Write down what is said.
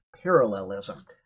Parallelism